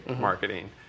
marketing